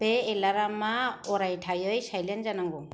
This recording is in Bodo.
बे एलार्मा अरायथायै साइलेन्ट जानांगौ